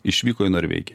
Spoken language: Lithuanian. išvyko į norvegiją